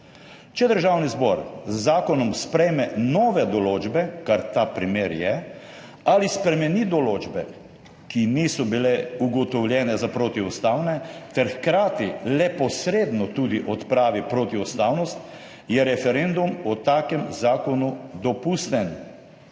Če Državni zbor z zakonom sprejme nove določbe, kar ta primer je, ali spremeni določbe, ki niso bile ugotovljene za protiustavne, ter hkrati le posredno tudi odpravi protiustavnost, je referendum o takem zakonu dopusten.